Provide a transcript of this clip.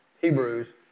Hebrews